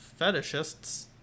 fetishists